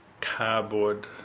cardboard